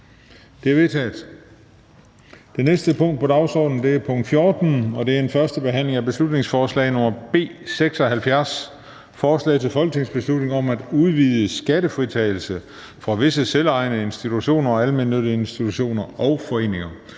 Det er vedtaget. --- Det næste punkt på dagsordenen er: 14) 1. behandling af beslutningsforslag nr. B 76: Forslag til folketingsbeslutning om at udvide skattefritagelsen for visse selvejende institutioner og almennyttige institutioner og foreninger.